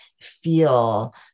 feel